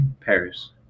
Paris